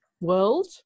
world